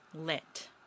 lit